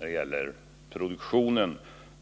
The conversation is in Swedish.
när det gäller produktionen.